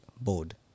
board